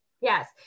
Yes